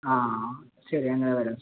ആ ശരി എന്നാൽ വരാം സർ